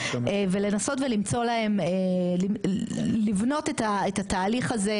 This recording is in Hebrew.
ולנסות ולמצוא להם לבנות את התהליך הזה